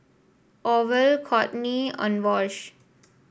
Orval Kortney and Wash